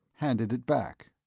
handed it back.